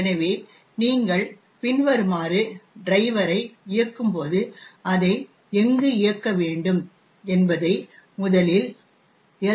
எனவே நீங்கள் பின்வருமாறு டிரைவரை இயக்கும்போது அதை எங்கு இயக்க வேண்டும் என்பதை முதலில் எல்